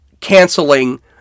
canceling